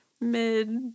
mid